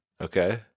okay